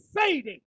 fading